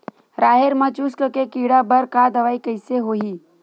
राहेर म चुस्क के कीड़ा बर का दवाई कइसे ही?